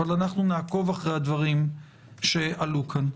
אבל אנחנו נעקוב אחרי הדברים שעלו כאן.